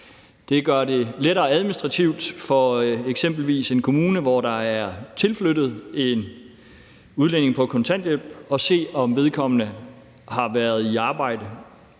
Det gør det lettere administrativt for eksempelvis en kommune, hvor der er tilflyttet en udlænding på kontanthjælp, at se, om vedkommende har været i arbejde.